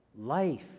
Life